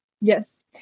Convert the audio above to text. Yes